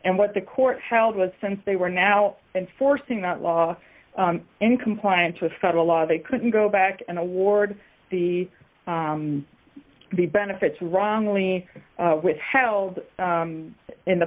and what the court held was since they were now enforcing that law in compliance with federal law they couldn't go back and award the the benefits wrongly withheld in the